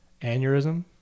aneurysm